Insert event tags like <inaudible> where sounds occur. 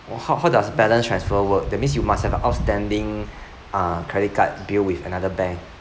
oh how how <laughs> does balance transfer work that means you must have a outstanding uh credit card bill with another bank